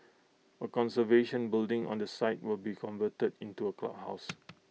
A conservation building on the site will be converted into A clubhouse